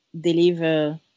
deliver